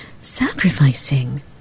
sacrificing